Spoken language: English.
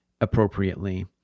appropriately